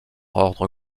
ordre